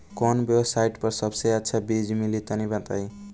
कवन वेबसाइट पर सबसे अच्छा बीज मिली तनि बताई?